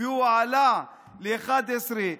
והוא עלה ל-11%